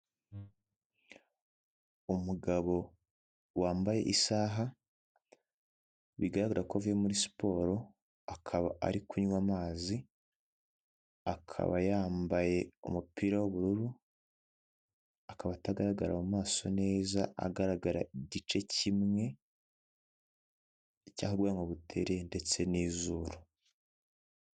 Umugabo wambaye isaha bigaragara ko avuye muri siporo akaba ari kunywa amazi akaba yambaye umupira w'ubururu akaba atagaragara mu maso neza agaragara igice kimwe cyaguyenko butere ndetse n'izuru.